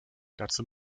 dazu